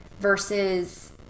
versus